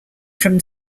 from